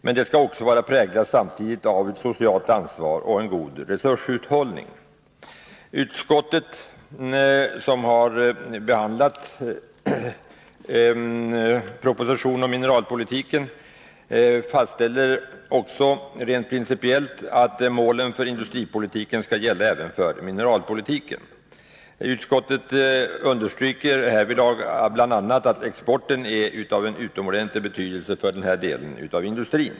Men det skall samtidigt vara präglat av ett socialt ansvar och en god resurshushållning. Utskottet, som har behandlat propositionen om mineralpolitiken, fastställer också rent principiellt att målen för industripolitiken skall gälla även för mineralpolitiken. Utskottet understryker härvid bl.a. att exporten är av utomordentlig betydelse för denna del av industrin.